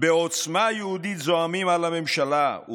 בעוצמה יהודית זועמים על הממשלה,